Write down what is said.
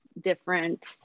different